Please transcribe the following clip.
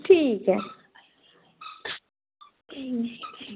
ठीक ऐ